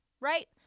right